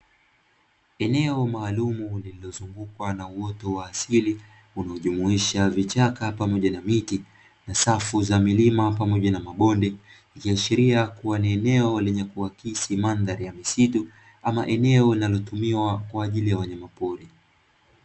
Eneo maalumu lililozungukwa na uoto wa asili unaojumuisha vichaka pamoja na miti, na safu za milima pamoja na mabonde. Ikiashiria kuwa ni eneo lenyekuakisi mandhari ya misitu ama eneo linalotumiwa kwa ajili ya wanyama pori.